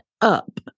up